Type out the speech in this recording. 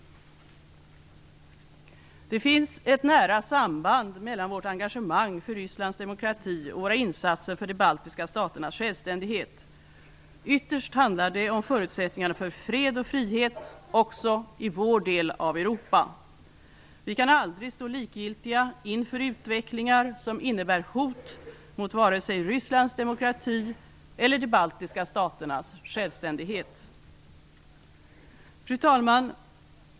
Det finns ett nära samband mellan vårt engagemang för Rysslands demokrati och våra insatser för de baltiska staternas självständighet. Ytterst handlar det om förutsättningarna för fred och frihet också i vår del av Europa. Vi kan aldrig stå likgiltiga inför utvecklingar som innebär hot mot vare sig Rysslands demokrati eller de baltiska staternas självständighet. Fru talman!